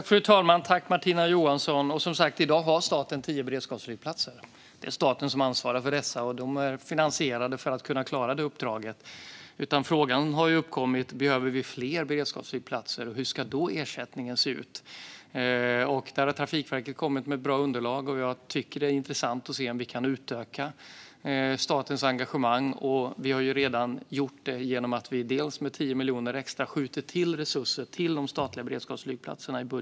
Fru talman! Som sagt - i dag har staten tio beredskapsflygplatser. Det är staten som ansvarar för dessa, och de är finansierade för att kunna klara det uppdraget. Den fråga som har uppkommit är: Behöver vi fler beredskapsflygplatser, och hur ska ersättningen då se ut? Där har Trafikverket kommit med bra underlag, och jag tycker att det är intressant att se om vi kan utöka statens engagemang. Vi har redan gjort det genom att vi i budgeten senast sköt till 10 miljoner extra i resurser till de statliga beredskapsflygplatserna.